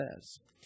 says